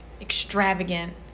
extravagant